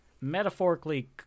metaphorically